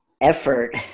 effort